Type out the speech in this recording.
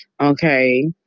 Okay